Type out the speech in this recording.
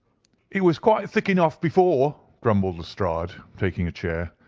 it was quite thick enough before, grumbled lestrade, taking a chair.